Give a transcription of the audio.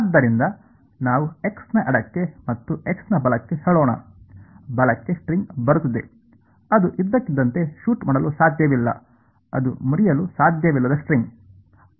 ಆದ್ದರಿಂದ ನಾವು x ನ ಎಡಕ್ಕೆ ಮತ್ತು x ನ ಬಲಕ್ಕೆ ಹೇಳೋಣ ಬಲಕ್ಕೆ ಸ್ಟ್ರಿಂಗ್ ಬರುತ್ತಿದೆ ಅದು ಇದ್ದಕ್ಕಿದ್ದಂತೆ ಶೂಟ್ ಮಾಡಲು ಸಾಧ್ಯವಿಲ್ಲ ಅದು ಮುರಿಯಲು ಸಾಧ್ಯವಿಲ್ಲದ ಸ್ಟ್ರಿಂಗ್